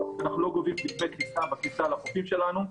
אנחנו לא גובים דמי כניסה בכניסה לחופים שלנו.